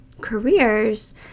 careers